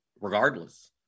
regardless